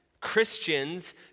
Christians